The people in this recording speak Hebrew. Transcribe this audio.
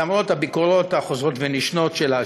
למרות הביקורות החוזרות ונשנות שלה,